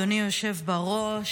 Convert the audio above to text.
אדוני היושב בראש,